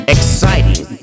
Exciting